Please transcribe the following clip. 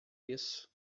isso